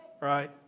right